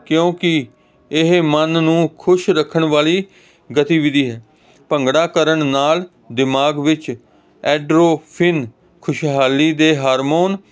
ਕਿਉਂਕਿ ਇਹ ਮਨ ਨੂੰ ਖੁਸ਼ ਰੱਖਣ ਵਾਲੀ ਗਤੀਵਿਧੀ ਹੈ ਭੰਗੜਾ ਕਰਨ ਨਾਲ ਦਿਮਾਗ ਵਿੱਚ ਐਂਡਰੋਫਿਨ ਖੁਸ਼ਹਾਲੀ ਦੇ ਹਰਮੋਨ